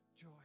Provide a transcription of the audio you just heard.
joy